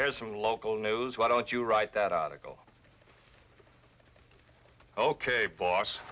there's some local knows why don't you write that article ok boss